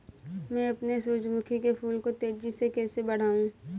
मैं अपने सूरजमुखी के फूल को तेजी से कैसे बढाऊं?